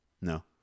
No